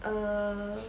err